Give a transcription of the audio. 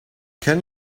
can